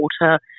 water